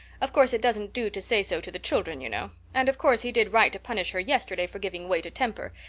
of course, it doesn't do to say so to the children, you know. and of course he did right to punish her yesterday for giving way to temper.